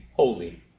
Holy